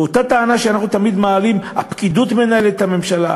ואותה טענה שאנחנו תמיד מעלים: הפקידות מנהלת את הממשלה,